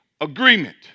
agreement